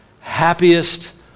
happiest